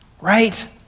Right